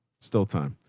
still time.